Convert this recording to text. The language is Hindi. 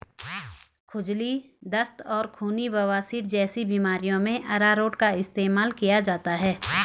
खुजली, दस्त और खूनी बवासीर जैसी बीमारियों में अरारोट का इस्तेमाल किया जाता है